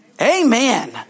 Amen